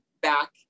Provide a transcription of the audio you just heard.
back